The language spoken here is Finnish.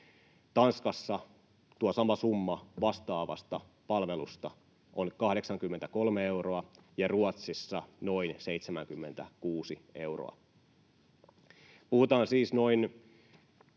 Tanskassa tuo sama summa vastaavasta palvelusta on 83 euroa ja Ruotsissa noin 76 euroa. Puhutaan siis noin